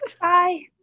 Bye